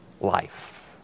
life